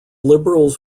liberals